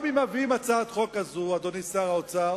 גם אם מביאים הצעת חוק כזו, אדוני שר האוצר,